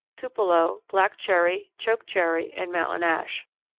tupelo, black cherry, choke cherry, and mountain ash.